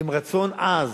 עם רצון עז,